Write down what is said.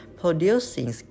producing